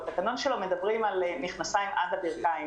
בתקנון שלו מדברים על מכנסיים עד הברכיים.